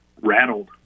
rattled